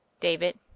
David